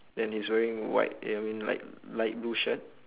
then he's wearing white yeah I mean like light blue shirt